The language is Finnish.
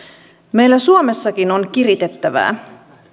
meillä suomessakin on kirittävää